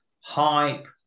hype